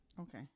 okay